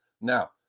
Now